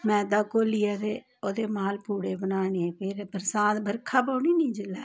मैदा घोलियै ते ओह्दे माल पूड़े बनाने फिर बरसांत बर्खा पौनी नी जिल्लै